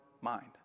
mind